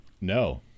No